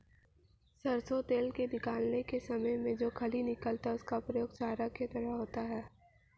सरसों तेल निकालने के समय में जो खली निकलता है उसका प्रयोग चारा के रूप में होता है